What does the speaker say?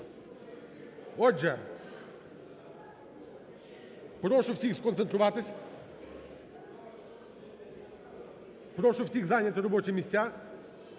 Отже, прошу всі сконцентруватись, прошу всіх зайняти робочі місця